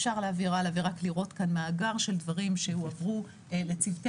אפשר לראות כאן מאגר של דברים שהועברו לצוותי